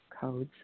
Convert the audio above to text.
codes